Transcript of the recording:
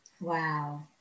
Wow